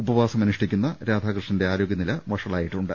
ഉപവാസമനുഷ്ഠിക്കുന്ന രാധാകൃഷ്ണന്റെ ആരോഗ്യനില വഷളായിട്ടുണ്ട്